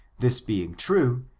this being true,